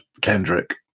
Kendrick